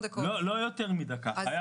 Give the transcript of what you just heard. משפט אחרון.